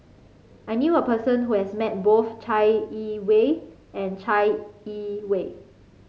I knew a person who has met both Chai Yee Wei and Chai Yee Wei